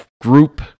group